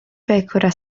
pecora